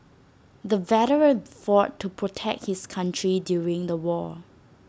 the veteran fought to protect his country during the war